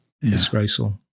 Disgraceful